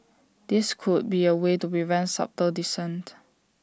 this could be A way to prevent subtle dissent